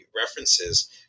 references